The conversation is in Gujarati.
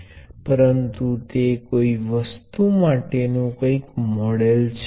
આ ક્યાંય પણ કોઈ પણ સર્કીટ હોઈ શકે છે